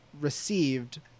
received